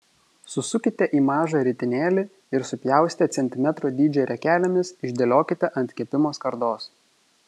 susukite į mažą ritinėlį ir supjaustę centimetro dydžio riekelėmis išdėliokite ant kepimo skardos